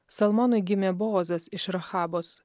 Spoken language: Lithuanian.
salmonui gimė boozas iš rahabos